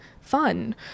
fun